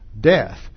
death